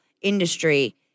industry